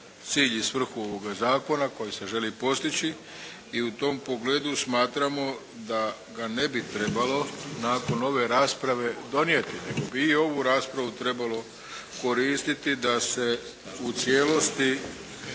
cilj i svrhu ovoga Zakona koji se želi postići i u tom pogledu smatramo da ga ne bi trebalo nakon ove rasprave donijeti, nego bi ovu raspravu trebalo koristiti da se u cijelosti